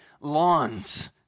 lawns